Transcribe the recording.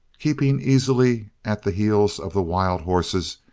keeping easily at the heels of the wild horses,